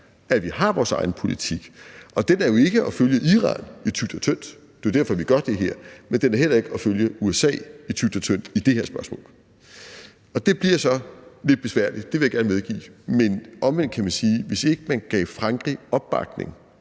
at vi har vores egen politik, og den er jo ikke at følge Iran i tykt og tyndt – og det er jo derfor, vi gør det her – men den er heller ikke at følge USA i tykt og tyndt i det her spørgsmål. Og det bliver så lidt besværligt – det vil jeg gerne medgive – men omvendt kan man sige, at hvis vi ikke gav Frankrig opbakning